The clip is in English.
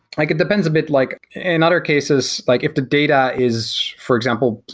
like it depends a bit like in other cases, like if the data is, for example,